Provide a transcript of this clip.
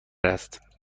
است